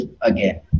again